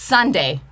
Sunday